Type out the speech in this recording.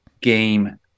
game